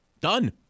Done